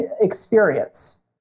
experience